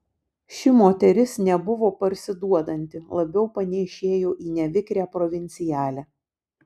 ši moteris nebuvo parsiduodanti labiau panėšėjo į nevikrią provincialę